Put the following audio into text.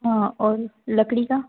हाँ और लकड़ी का